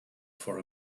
for